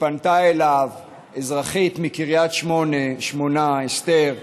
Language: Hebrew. כשפנתה אליו אזרחית מקריית שמונה, אסתר,